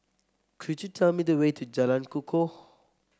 could you tell me the way to Jalan Kukoh